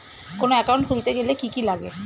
কোন একাউন্ট খুলতে গেলে কি কি লাগে?